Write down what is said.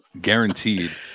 guaranteed